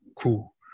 cool